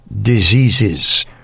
diseases